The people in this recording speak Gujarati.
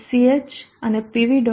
sch અને pv